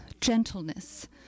gentleness